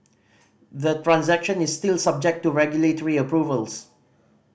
the transaction is still subject to regulatory approvals